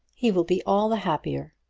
he will be all the happier.